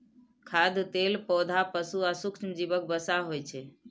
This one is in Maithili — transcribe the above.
खाद्य तेल पौधा, पशु आ सूक्ष्मजीवक वसा होइ छै